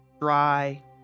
dry